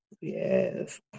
Yes